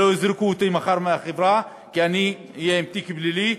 אם לא יזרקו אותי מחר מהחברה כי אני אהיה עם תיק פלילי.